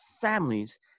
families